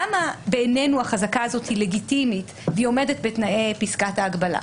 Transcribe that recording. למה בעינינו החזקה הזאת היא לגיטימית והיא עומדת בתנאי פסקת הגבלה.